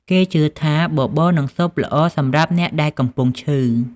គេជឿថា បបរ និងស៊ុបល្អសម្រាប់អ្នកដែលកំពុងឈឺ។